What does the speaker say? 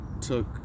took